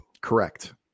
Correct